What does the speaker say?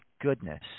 goodness